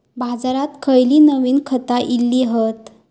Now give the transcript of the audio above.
बाजारात खयली नवीन खता इली हत?